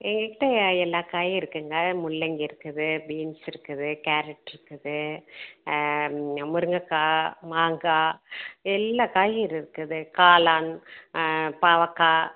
எங்கள் கிட்டே எல்லா காயும் இருக்குங்க முள்ளங்கி இருக்குது பீன்ஸ் இருக்குது கேரட் இருக்குது முருங்கைக்கா மாங்காய் எல்லா காயும் இருக்குது காளான் பாவக்காய்